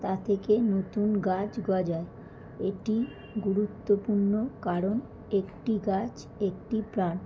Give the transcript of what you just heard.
তা থেকে নতুন গাছ গজায় এটি গুরুত্বপূর্ণ কারণ একটি গাছ একটি প্রাণ